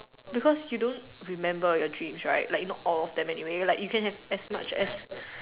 because you don't remember your dreams right like not all of them anyway like you can have as much as